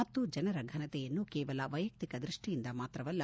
ಮತ್ತು ಜನರ ಫನತೆಯನ್ನು ಕೇವಲ ವೈಯಕ್ಷಿಕ ಧ್ವಷ್ಠಿಯಿಂದ ಮಾತ್ರವಲ್ಲ